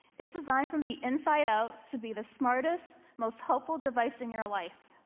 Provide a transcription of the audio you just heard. it's designed from the inside out to be the smartest, most helpful device in your life.